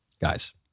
guys